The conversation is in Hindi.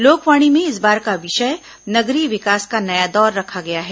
लोकवाणी में इस बार का विषय नगरीय विकास का नया दौर रखा गया है